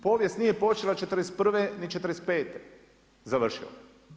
Povijest nije počela '41. ni '45. završila.